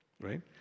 right